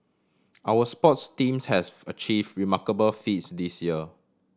our sports teams has achieve remarkable feats this year